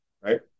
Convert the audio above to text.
right